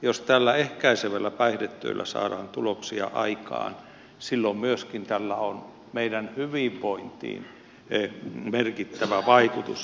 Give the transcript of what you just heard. jos tällä ehkäisevällä päihdetyöllä saadaan tuloksia aikaan silloin tällä on myöskin meidän hyvinvointiimme merkittävä vaikutus